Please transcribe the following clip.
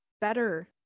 better